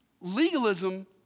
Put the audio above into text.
legalism